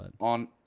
on